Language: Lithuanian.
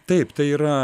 taip tai yra